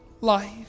life